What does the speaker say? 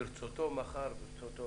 ברצותו היום כן, ברצותו מחר לא.